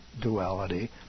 duality